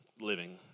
living